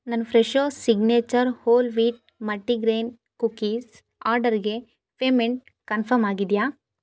ನನ್ನ Fresho signature whole wheat multigrain cookies ಆರ್ಡರ್ಗೆ payment confirm ಆಗಿದೆಯಾ